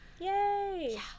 Yay